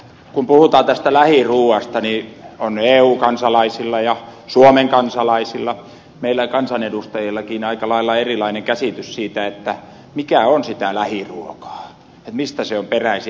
kun puhutaan lähiruuasta niin on eu kansalaisilla ja suomen kansalaisilla meillä kansanedustajillakin aika lailla erilainen käsitys siitä mikä on sitä lähiruokaa mistä se on peräisin